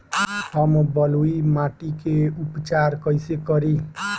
हम बलुइ माटी के उपचार कईसे करि?